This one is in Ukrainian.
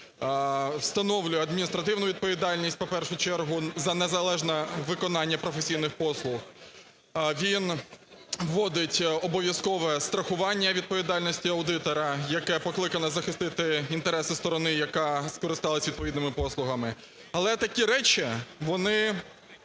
встановлює адміністративну відповідальність, у першу чергу за незалежне виконання професійних послуг. Він вводить обов'язкове страхування відповідальності аудитора, яке покликано захистити інтереси сторони, яка скористалась відповідними послугами. Але такі речі вони